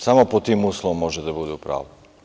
Samo pod tim uslovom može da bude u pravu.